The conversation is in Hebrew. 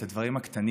את הדברים הקטנים,